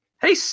hey